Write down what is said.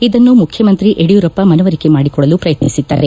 ಇದನ್ನು ಮುಖ್ಯಮಂತ್ರಿ ಯಡಿಯೂರಪ್ಪ ಮನವರಿಕೆ ಮಾಡಿಕೊಡಲು ಪ್ರಯತ್ನಿಸಿದ್ದಾರೆ